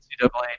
NCAA